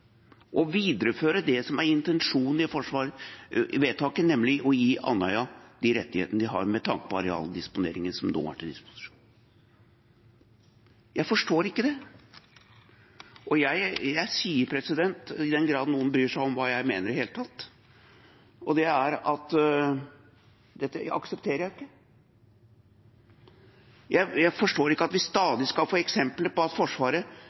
å videreføre det som er intensjonen i vedtaket, nemlig å gi Andøya de rettighetene de har med tanke på arealdisponeringen som nå er til disposisjon. Jeg forstår det ikke, og jeg sier – i den grad noen i det hele tatt bryr seg om hva jeg mener – at dette aksepterer jeg ikke. Jeg forstår ikke at vi stadig skal få eksempler på at Forsvaret,